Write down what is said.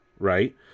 Right